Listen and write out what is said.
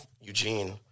Eugene